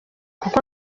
kuko